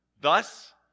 thus